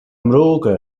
mbróga